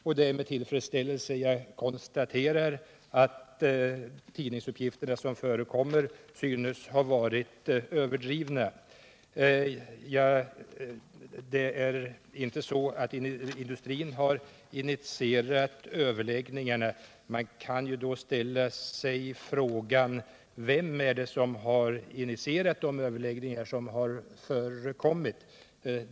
Det är med tillfredsställelse jag konstaterar att de tidningsuppgifter som förekommit synes ha varit överdrivna. Industrin har alltså inte initierat överläggningarna. Man kan då fråga: Vem har initierat de överläggningar som förekommit?